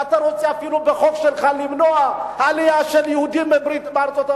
ואתה רוצה אפילו בחוק שלך למנוע עלייה של יהודים מארצות-הברית.